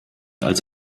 als